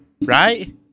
right